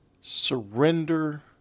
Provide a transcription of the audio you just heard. surrender